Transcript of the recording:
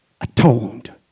Atoned